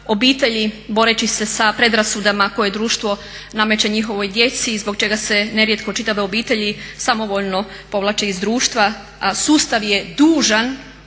obitelji boreći se sa predrasudama koje društvo nameće njihovoj djeci i zbog čega se nerijetko čitave obitelji samovoljno povlače iz društva, a sustav je dužan,